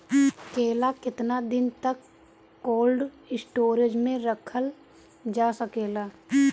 केला केतना दिन तक कोल्ड स्टोरेज में रखल जा सकेला?